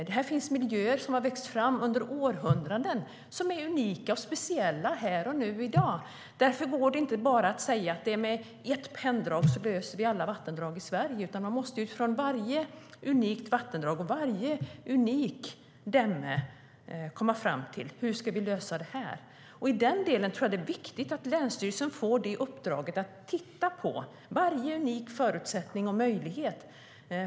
Men här finns miljöer som har vuxit fram under århundranden, som är unika och speciella här och nu, i dag. Därför kan man inte med ett enda penndrag lösa alla vattendrag i Sverige. Man måste i stället utifrån varje unikt vattendrag och dämme komma fram till hur man ska lösa det. I den delen tror jag att det är viktigt att länsstyrelsen får i uppdrag att titta på varje unik förutsättning och möjlighet.